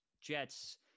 Jets